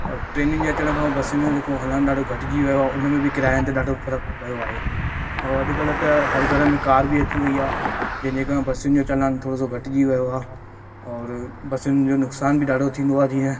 और ट्रेनिन जे अचनि खां पोइ बसियुनि जो जेको हलण ॾाढो घटजी वियो आहे उनमें बि किरायनि ते ॾाढो फ़र्क़ु पियो आहे और अॼकल्ह त हर घर में कार बि अची वई आहे जंहिंजे का बसियुनि जो चलान थोरो सो घटिजी वियो आहे और बसियुनि जो नुकसानु बि ॾाढो थींदो आहे जीअं